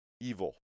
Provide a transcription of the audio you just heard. evil